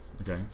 Okay